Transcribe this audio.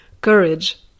courage